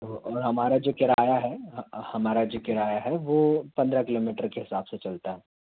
और हमारा जो किराया है हमारा जो किराया है वो पंद्रह किलोमीटर के हिसाब से चलता है